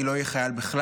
אני לא אהיה חייל בכלל,